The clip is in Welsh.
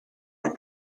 yng